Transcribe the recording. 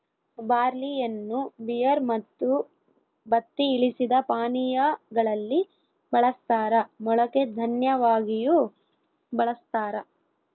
ಬಾರ್ಲಿಯನ್ನು ಬಿಯರ್ ಮತ್ತು ಬತ್ತಿ ಇಳಿಸಿದ ಪಾನೀಯಾ ಗಳಲ್ಲಿ ಬಳಸ್ತಾರ ಮೊಳಕೆ ದನ್ಯವಾಗಿಯೂ ಬಳಸ್ತಾರ